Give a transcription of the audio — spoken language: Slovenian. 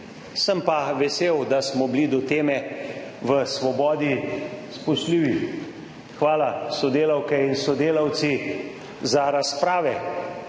Sem pa vesel, da smo bili do teme v Svobodi spoštljivi. Hvala, sodelavke in sodelavci, za razprave,